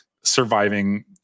surviving